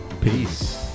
Peace